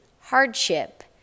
hardship